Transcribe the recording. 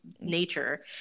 nature